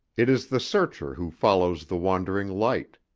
it is the searcher who follows the wandering light.